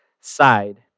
side